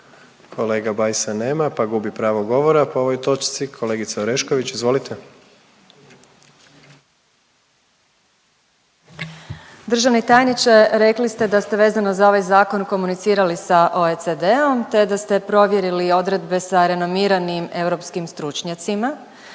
Kolege Bajsa nema pa gubi pravo govora po ovoj točci. Kolegica Orešković, izvolite. **Orešković, Dalija (Stranka s imenom i prezimenom)** Državni tajniče rekli ste da ste vezano za ovaj zakon komunicirali sa OECD-om, te da ste provjerili odredbe sa renomiranim europskim stručnjacima.